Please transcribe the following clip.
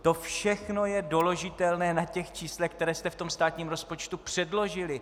To všechno je doložitelné na těch číslech, která jste v tom státním rozpočtu předložili.